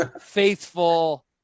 faithful